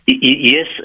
Yes